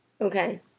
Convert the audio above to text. Okay